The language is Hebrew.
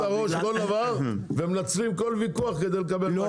אתם מכניסים את הראש לכל דבר ומנצלים כל ויכוח כדי לקבל משהו,